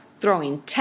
throwing